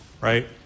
right